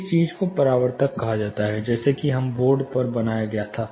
इस चीज को परावर्तक कहा जाता है जैसा कि हम बोर्ड पर बनाया था